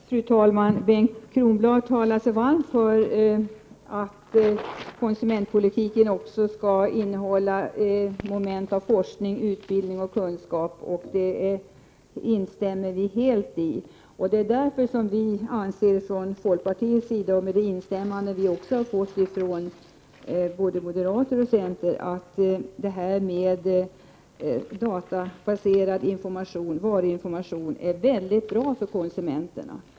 Fru talman! Bengt Kronblad talar sig varm för att konsumentpolitiken också skall innehålla moment av forskning, utbildning och kunskap. Det instämmer vi helt i från folkpartiets sida, och det är därför vi anser — med instämmande från både moderaterna och centern — att databaserad varuinformation är väldigt bra för konsumenterna.